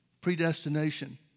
predestination